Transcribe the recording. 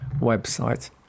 website